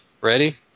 Ready